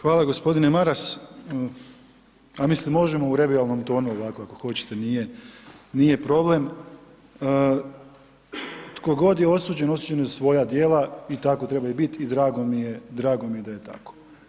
Hvala gospodine Maras, mislim možemo u revijalnom tonu, ako hoćete, nije problem, tko god je osuđen, osuđen je za svoja djela i tako treba biti i drago mi je da je tako.